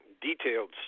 detailed